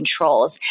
controls